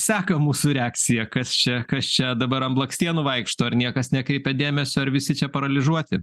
seka mūsų reakciją kas čia kas čia dabar ant blakstienų vaikšto ar niekas nekreipia dėmesio ar visi čia paralyžuoti